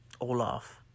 Olaf